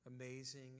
amazing